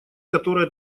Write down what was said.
которое